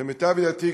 למיטב ידיעתי,